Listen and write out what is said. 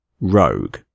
Rogue